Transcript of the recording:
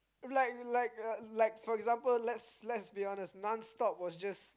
like like uh like for example let's let's be honest non stop was just